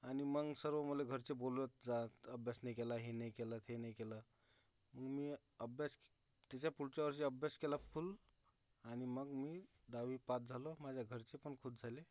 आणि मग सर्व मला घरचे बोलत जात अभ्यास नाही केला हे नाही केलं ते नाही केलं मी अभ्यास त्याच्या पुढच्या वर्षी अभ्यास केला फुल आणि मग मी दहावी पास झालो माझ्या घरचे पण खूष झाले